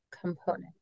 component